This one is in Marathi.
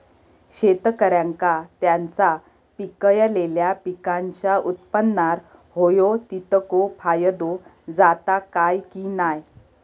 शेतकऱ्यांका त्यांचा पिकयलेल्या पीकांच्या उत्पन्नार होयो तितको फायदो जाता काय की नाय?